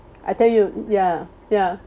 I tell you ya ya